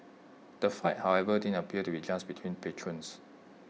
the fight however didn't appear to be just between patrons